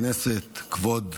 של חבר הכנסת ארז מלול,